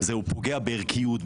הוא פוגע בערכיות,